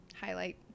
highlight